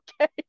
okay